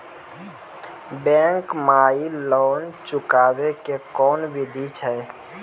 Bank माई loan चुकाबे के कोन बिधि छै?